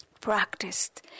practiced